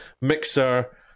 mixer